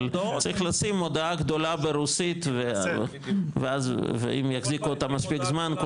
אבל צריך לשים מודעה גדולה ברוסית ואם יחזיקו אותה מספיק זמן,